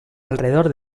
alrededor